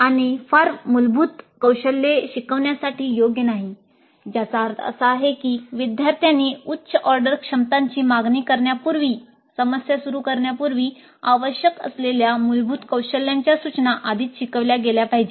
आणि फार मूलभूत कौशल्ये शिकविण्यासाठी योग्य नाही ज्याचा अर्थ असा आहे की विद्यार्थ्यांनी उच्च ऑर्डर क्षमतांची मागणी करण्यापूर्वी समस्या सुरू करण्यापूर्वी आवश्यक असलेल्या मूलभूत कौशल्यांच्या सूचना आधीच शिकवल्या गेल्या पाहिजेत